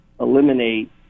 eliminate